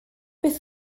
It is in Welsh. beth